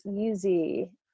easy